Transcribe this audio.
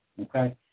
okay